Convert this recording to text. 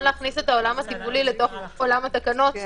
להכניס את העולם הטיפולי לעולם התקנות,